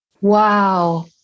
wow